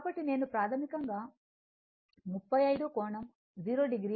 కాబట్టి నేను ప్రాథమికంగా 35 కోణం 0 o